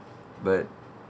but